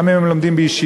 גם אם הם לומדים בישיבה,